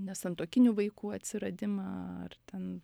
nesantuokinių vaikų atsiradimą ar ten